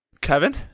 Kevin